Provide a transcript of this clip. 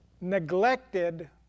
neglected